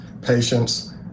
patients